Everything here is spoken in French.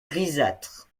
grisâtre